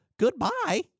Goodbye